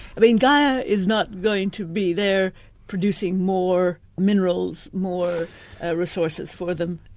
but and gaia is not going to be there producing more minerals, more ah resources for them,